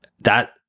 that-